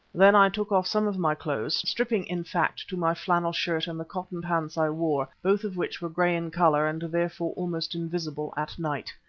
then i took off some of my clothes, stripping in fact to my flannel shirt and the cotton pants i wore, both of which were grey in colour and therefore almost invisible at night.